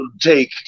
take